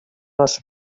les